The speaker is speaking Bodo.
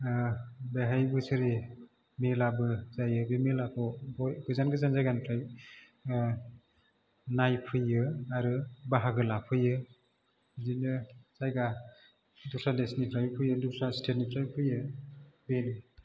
बेहाय बोसोरे मेलाबो जायो बे मेलाखौ गोजान गोजान जायगानिफ्राय नायफैयो आरो बाहागो लाफैयो बिदिनो जायगा दस्रा देसनिफ्राय फैयो दस्रा स्टेटनिफ्रायबो फैयो बे